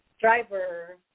driver